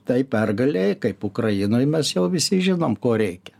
tai pergalei kaip ukrainoj mes jau visi žinom ko reikia